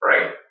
right